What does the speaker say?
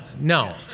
no